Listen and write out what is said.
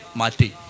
mati